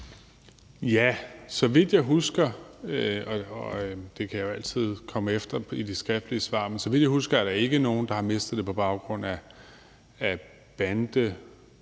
Så vidt jeg husker, og det kan jeg jo altid komme efter i de skriftlige svar, er der ikke nogen, der har mistet det på baggrund af bandedelen